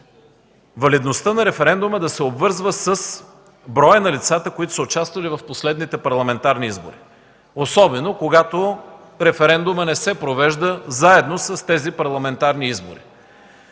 валидността на референдума да се обвързва с броя на лицата, които са участвали в последните парламентарни избори, особено когато референдумът не се провежда заедно с тези парламентарни избори.